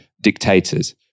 dictators